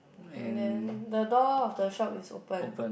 and then the door of the shop is open